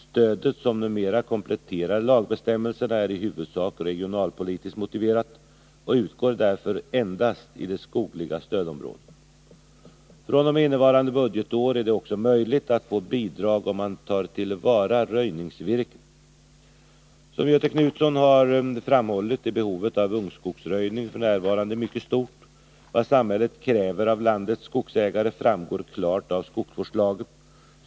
Stödet, som numera kompletterar lagbestämmelserna, är i huvudsak regionalpolitiskt motiverat och utgår därför endast i det skogliga stödområdet. fr.o.m. innevarande budgetår är det också möjligt att få bidrag om man tar till vara röjningsvirket. Som Göthe Knutson har framhållit är behovet av ungskogsröjning f. n. mycket stort. Vad samhället kräver av landets skogsägare framgår klart av skogsvårdslagen.